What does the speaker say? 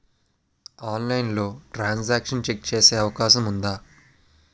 ఆన్లైన్లో transaction check చేసే అవకాశం ఉందా?